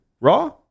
Raw